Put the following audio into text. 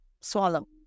swallow